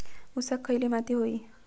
ऊसाक खयली माती व्हयी?